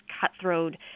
cutthroat